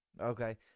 Okay